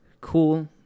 cool